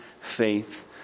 faith